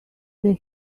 they